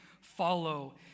follow